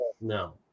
no